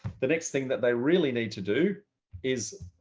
the next thing that they really need to do is